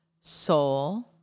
soul